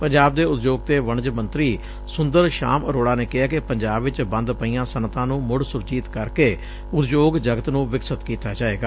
ਪੰਜਾਬ ਦੇ ਉਦਯੋਗ ਤੇ ਵਣਜ ਮੰਤਰੀ ਸੁੰਦਰ ਸ਼ਾਮ ਅਰੋੜਾ ਨੇ ਕਿਹੈ ਕਿ ਪੰਜਾਬ ਚ ਬੰਦ ਪਈਆਂ ਸਨਅਤਾਂ ਨੂੰ ਮੁੜ ਸੁਰਜੀਤ ਕਰਕੇ ਉਦਯੋਗ ਜਗਤ ਨੂੰ ਵਿਕਸਤ ਕੀਤਾ ਜਾਵੇਗਾ